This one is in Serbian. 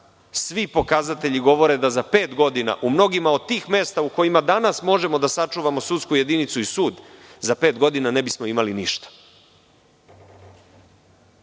svi pokazatelji govore da za pet godina, u mnogim od tih mesta u kojima danas možemo da sačuvamo sudsku jedinicu i sud ne bismo imali ništa.